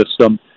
system